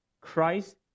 Christ